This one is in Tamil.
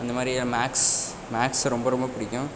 அந்த மாதிரி மேக்ஸ் மேக்ஸை ரொம்ப ரொம்ப பிடிக்கும்